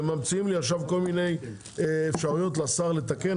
וממציאים לי עכשיו כל מיני אפשרויות לשר לתקן,